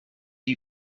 you